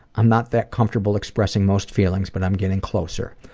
i'm not that comfortable expressing most feelings, but i'm getting closer.